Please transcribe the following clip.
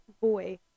boy